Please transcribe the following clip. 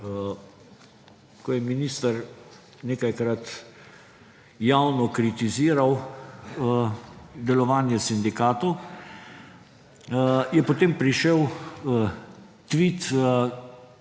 ko je minister nekajkrat javno kritiziral delovanje sindikatov, je potem prišel tvit